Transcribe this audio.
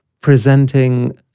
presenting